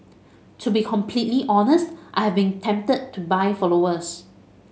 to be completely honest I have been tempted to buy followers